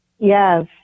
Yes